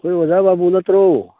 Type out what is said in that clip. ꯑꯩꯈꯣꯏ ꯑꯣꯖꯥ ꯕꯥꯕꯨ ꯅꯠꯇ꯭ꯔꯣ